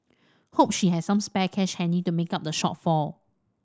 hope she has some spare cash handy to make up the shortfall